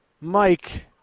Mike